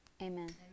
Amen